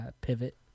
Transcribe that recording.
pivot